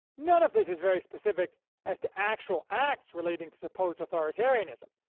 none of this is very specific as to actual acts relating to supposed authoritarianism,